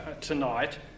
tonight